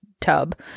tub